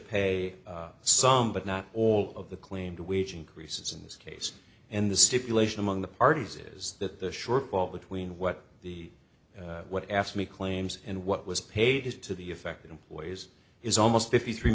pay some but not all of the claimed wage increases in this case and the stipulation among the parties is that the shortfall between what the what ask me claims and what was paid is to the effect employees is almost fifty three